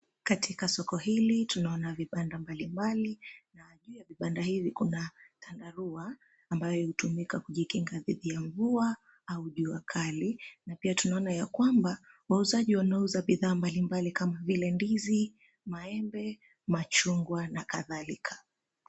Katika soko hili tunaona vibanda mbalimbali na juu ya vibanda hivi kuna chandarua ambayo hutumika kujikinga dhidi ya mvua au jua kali, na pia tunaona ya kwamba wauzaji wanauza bidhaa mbalimbali kama vile ndizi, maembe, machungwa na kadhalika.